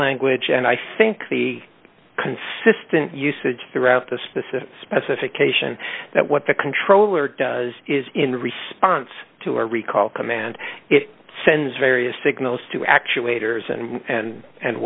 language and i think the consistent usage throughout the specific specification that what the controller does is in response to a recall command it sends various signals to actuators and and and